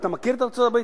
אתה מכיר את ארצות-הברית,